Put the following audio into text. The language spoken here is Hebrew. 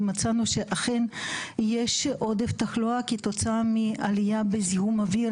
ומצאנו שאכן יש עודף תחלואה כתוצאה מעלייה בזיהום אוויר